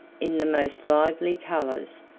in the most lively colors,